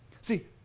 See